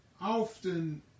often